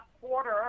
quarter